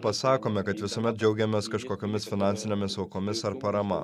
pasakome kad visuomet džiaugiamės kažkokiomis finansinėmis aukomis ar parama